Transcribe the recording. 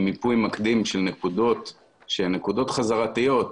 מיפוי מקדים של נקודות שהן נקודות חזרתיות,